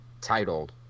titled